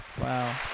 Wow